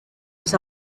was